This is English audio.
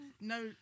no